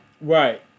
Right